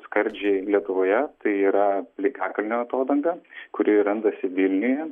skardžiai lietuvoje tai yra plikakalnio atodanga kuri randasi vilniuje